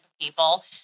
people